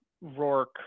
Rourke